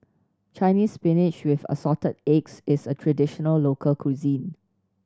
Chinese Spinach with Assorted Eggs is a traditional local cuisine